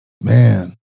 man